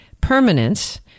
permanence